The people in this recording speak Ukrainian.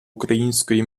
української